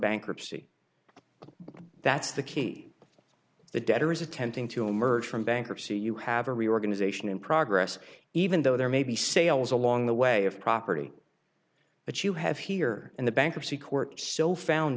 bankruptcy that's the key the debtor is attempting to emerge from bankruptcy you have a reorganization in progress even though there may be sales along the way of property but you have here and the bankruptcy court still found